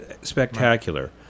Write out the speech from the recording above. spectacular